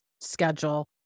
schedule